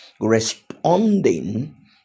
responding